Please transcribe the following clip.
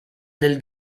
del